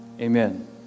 amen